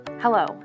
Hello